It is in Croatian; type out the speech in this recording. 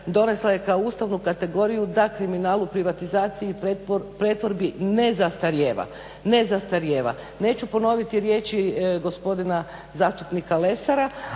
donesla je kao ustavnu kategoriju da kriminal u privatizaciji i pretvorbi ne zastarijeva. Neću ponoviti riječi gospodina zastupnika Lesara,